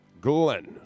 Glenn